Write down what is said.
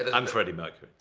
and um freddie mercury.